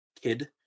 kid